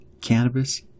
Cannabis